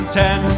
ten